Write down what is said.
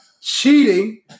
cheating